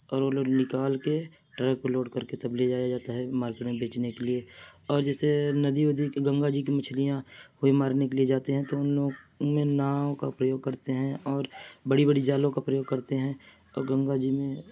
اور وہ لوگ نکال کے ٹرک کو لوڈ کر کے تب لے جایا جاتا ہے مارکیٹ میں بیچنے کے لیے اور جیسے ندی ودی گنگا جی کی مچھلیاں ہوئی مارنے کے لیے جاتے ہیں تو ان لوگ میں ناؤ کا پرریوگ کرتے ہیں اور بڑی بڑی جالوں کا پریوگ کرتے ہیں اور گنگا جی میں